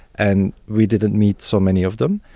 and we didn't meet so many of them.